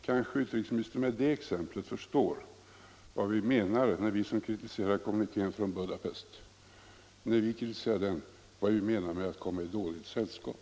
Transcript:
Kanske utrikesministern med det exemplet förstår vad vi som kritiserar kommunikén från Budapest menar med att komma i dåligt sällskap.